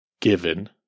given